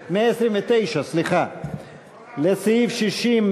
129 לסעיף 60. לסעיף 60,